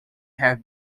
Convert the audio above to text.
have